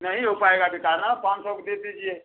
नहीं हो पाएगा बेटा ना पाँच सौ के दे दीजिए